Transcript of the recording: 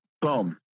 boom